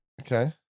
Okay